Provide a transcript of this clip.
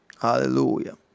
Hallelujah